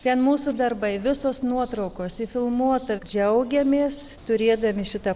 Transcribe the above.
ten mūsų darbai visos nuotraukos filmuota džiaugiamės turėdami šitą